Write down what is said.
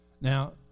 Now